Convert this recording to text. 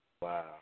Wow